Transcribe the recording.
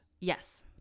yes